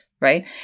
Right